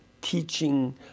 teaching